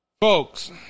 folks